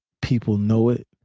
people know it,